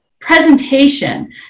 presentation